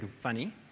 funny